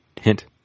hint